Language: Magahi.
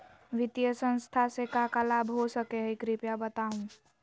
वित्तीय संस्था से का का लाभ हो सके हई कृपया बताहू?